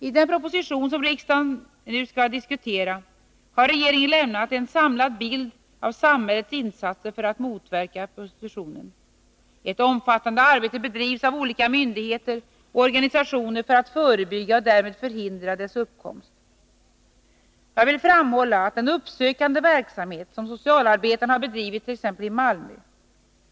I den proposition som riksdagen nu skall diskutera har regeringen lämnat en samlad bild av samhällets insatser för att motverka prostitutionen. Ett omfattande arbete bedrivs av olika myndigheter och organisationer för att förebygga prostitutionen och därmed förhindra dess uppkomst. Jag vill framhålla den uppsökande verksamhet som socialarbetarna har bedrivit i t.ex. Malmö.